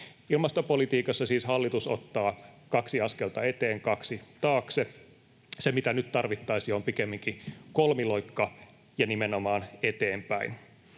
Ilmastopolitiikassa siis hallitus ottaa kaksi askelta eteen, kaksi taakse. Se, mitä nyt tarvittaisiin, on pikemminkin kolmiloikka ja nimenomaan eteenpäin.